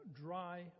dry